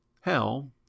Hell